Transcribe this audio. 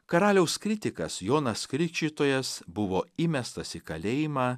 karaliaus kritikas jonas krikštytojas buvo įmestas į kalėjimą